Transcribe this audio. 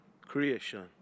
Creation